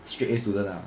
straight A student lah